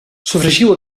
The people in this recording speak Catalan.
sofregiu